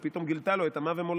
היא פתאום גילתה לו את עמה ומולדתה.